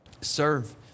serve